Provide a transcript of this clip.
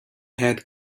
had